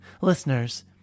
Listeners